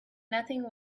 nothing